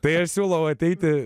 tai aš siūlau ateiti